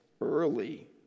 early